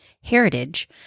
heritage